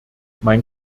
mein